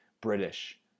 British